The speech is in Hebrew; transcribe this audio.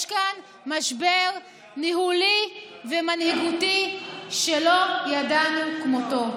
יש כאן משבר ניהולי ומנהיגותי שלא ידענו כמותו,